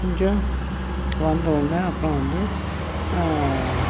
கொஞ்சம் வந்தவுடனே அப்புறம் வந்து